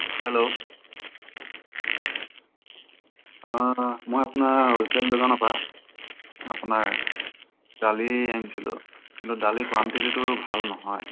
hello অঁ মই আপোনাৰ হ'লচেল দোকানৰপৰা আপোনাৰ দালি আনিছিলোঁ কিন্তু দালি কুৱান্টিটীটো ভাল নহয়